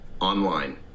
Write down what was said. online